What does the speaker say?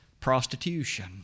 prostitution